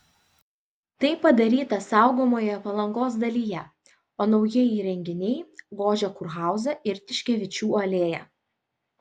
tai padaryta saugomoje palangos dalyje o naujieji įrenginiai gožia kurhauzą ir tiškevičių alėją